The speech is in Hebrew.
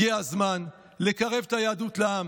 הגיע הזמן לקרב את היהדות לעם